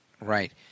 Right